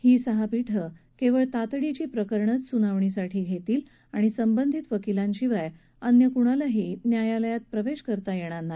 ही सहा पीठ केवळ तातडीची प्रकरणंच सुनावणीसाठी घेतील आणि संबंधित वकीलांशिवाय अन्य कुणाला ही न्यायालयात प्रवेश करता येणार नाही